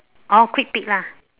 oh quick peek lah